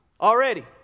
Already